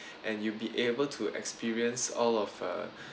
and you'll be able to experience all of uh